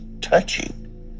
touching